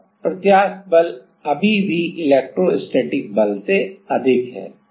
तब प्रत्यास्थ बल अभी भी इलेक्ट्रोस्टैटिक बल से अधिक है